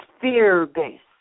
fear-based